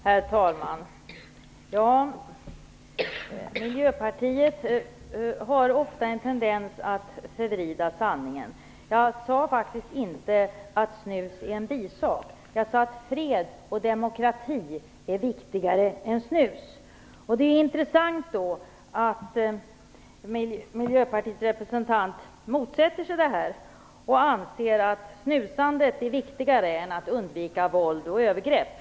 Herr talman! Miljöpartister har ofta en tendens att förvrida sanningen. Jag sade faktiskt inte att snus är en bisak. Jag sade att fred och demokrati är viktigare än snus. Det är intressant att Miljöpartiets representant motsätter sig detta och anser att snusandet är viktigare än att undvika våld och övergrepp.